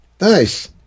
Nice